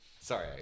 sorry